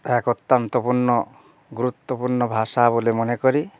এক অত্যন্তপূর্ণ গুরুত্বপূর্ণ ভাষা বলে মনে করি